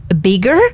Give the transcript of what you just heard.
bigger